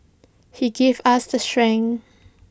he gives us the strength